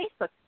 Facebook